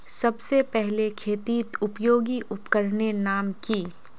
सबसे पहले खेतीत उपयोगी उपकरनेर नाम की?